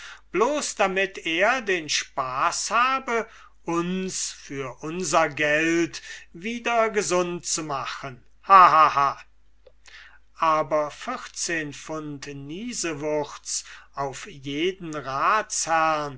bloß damit er den spaß habe uns für unser geld wieder gesund zu machen ha ha ha aber vierzehn pfund niesewurz auf jeden